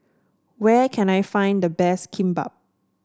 where can I find the best Kimbap